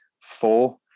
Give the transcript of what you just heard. four